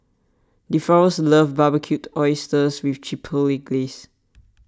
Deforest loves Barbecued Oysters with Chipotle Glaze